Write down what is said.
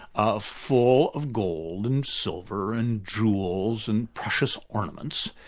ah full of gold and silver and jewels and precious ornaments,